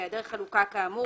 בהעדר חלוקה כאמור,